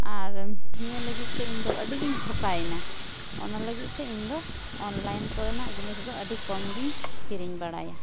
ᱟᱨ ᱱᱤᱭᱟᱹ ᱞᱟᱹᱜᱤᱫ ᱛᱮ ᱤᱧ ᱫᱚ ᱟᱹᱰᱤᱜᱮᱧ ᱴᱷᱚᱠᱟᱭᱮᱱᱟ ᱚᱱᱟ ᱞᱟᱹᱜᱤᱫ ᱛᱮ ᱤᱧ ᱫᱚ ᱚᱱᱞᱟᱭᱤᱱ ᱠᱚᱨᱮᱱᱟᱜ ᱡᱤᱱᱤᱥ ᱫᱚ ᱟᱹᱰᱤ ᱠᱚᱢᱜᱮᱧ ᱠᱤᱨᱤᱧ ᱵᱟᱲᱟᱭᱟ